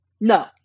no